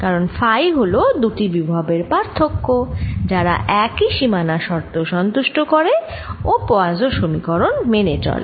কারণ ফাই হল দুটি বিভবের পার্থক্য যারা একই সীমানা শর্ত সন্তুষ্ট করে ও পোয়াসোঁ সমীকরণ মেনে চলে